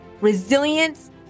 resilience